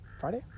Friday